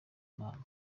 mpamvu